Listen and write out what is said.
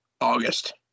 August